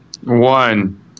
One